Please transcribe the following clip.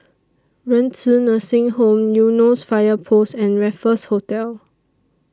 Renci Nursing Home Eunos Fire Post and Raffles Hotel